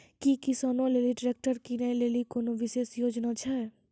कि किसानो लेली ट्रैक्टर किनै लेली कोनो विशेष योजना छै?